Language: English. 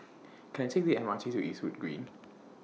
Can I Take The M R T to Eastwood Green